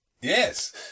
Yes